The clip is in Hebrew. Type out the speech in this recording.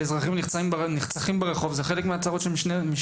אזרחים שנרצחים ברחובות זה הצרות שלהם.